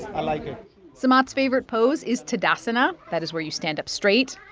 i like it samat's favorite pose is tadasana. that is where you stand up straight.